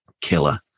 killer